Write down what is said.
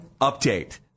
update